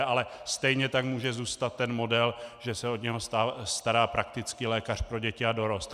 Ale stejně tak může zůstat ten model, že se o něj stará praktický lékař pro děti a dorost.